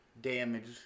damage